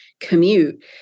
commute